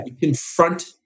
confront